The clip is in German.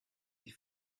die